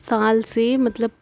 سال سے مطلب